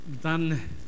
done